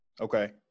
Okay